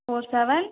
four seven